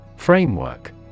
Framework